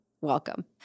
welcome